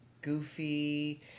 goofy